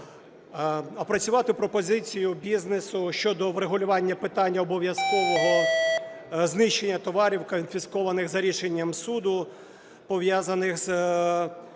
опрацювати пропозицію бізнесу щодо врегулювання питання обов'язкового знищення товарів, конфіскованих за рішенням суду, пов'язаних з